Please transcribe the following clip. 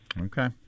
Okay